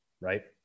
right